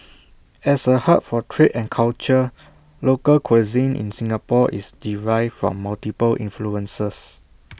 as A hub for trade and culture local cuisine in Singapore is derived from multiple influences